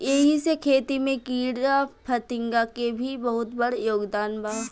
एही से खेती में कीड़ाफतिंगा के भी बहुत बड़ योगदान बा